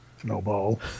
Snowball